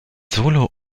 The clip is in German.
solo